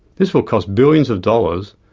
this will cost billions of dollars,